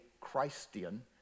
Christian